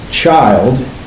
Child